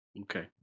Okay